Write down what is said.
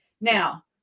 Now